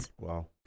Wow